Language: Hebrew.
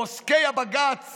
פוסקי הבג"ץ